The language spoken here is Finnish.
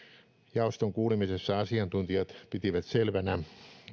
jaoston kuulemisessa asiantuntijat pitivät selvänä